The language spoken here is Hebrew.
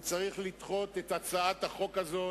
והוא צריך לדחות את הצעת החוק הזאת,